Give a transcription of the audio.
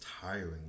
tiring